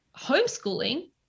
homeschooling